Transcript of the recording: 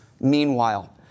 meanwhile